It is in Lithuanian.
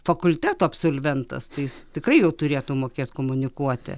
fakulteto absolventas tais jis tikrai jau turėtų mokėt komunikuoti